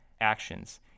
actions